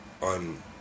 on